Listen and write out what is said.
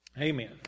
Amen